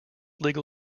legal